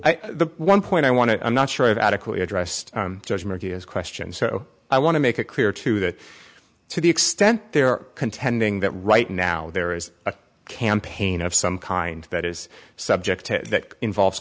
the one point i want to i'm not sure i've adequately addressed this question so i want to make it clear to that to the extent they're contending that right now there is a campaign of some kind that is subject to that involves